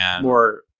more